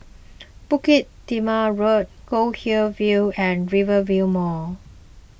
Bukit Timah Road Goldhill View and Rivervale Mall